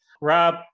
Rob